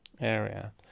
area